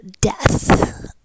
death